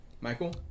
Michael